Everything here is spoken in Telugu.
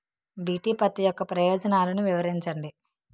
బి.టి పత్తి యొక్క ప్రయోజనాలను వివరించండి?